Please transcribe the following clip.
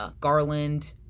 Garland